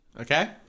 Okay